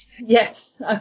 Yes